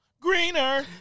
greener